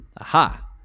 Aha